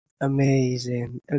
Amazing